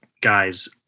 guys